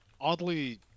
oddly